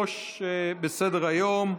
אנחנו נעבור לסעיף 3 בסדר-היום,